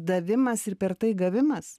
davimas ir per tai gavimas